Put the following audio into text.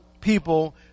people